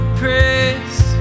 praise